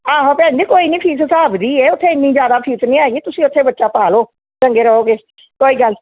ਆਹੋ ਭੈਣ ਜੀ ਕੋਈ ਨਹੀਂ ਫੀਸ ਹਿਸਾਬ ਦੀ ਹੈ ਉੱਥੇ ਇੰਨੀ ਜ਼ਿਆਦਾ ਫੀਸ ਨਹੀਂ ਹੈਗੀ ਤੁਸੀਂ ਉੱਥੇ ਬੱਚਾ ਪਾ ਲਓ ਚੰਗੇ ਰਹੋਗੇ ਕੋਈ ਗੱਲ